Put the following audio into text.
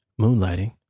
Moonlighting